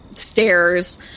stairs